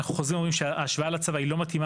אנחנו חוזרים ואומרים שההשוואה לצבא היא לא מתאימה